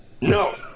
no